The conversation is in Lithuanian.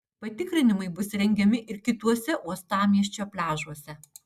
patikrinimai bus rengiami ir kituose uostamiesčio pliažuose